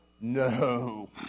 No